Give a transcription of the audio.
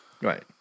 Right